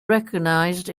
recognized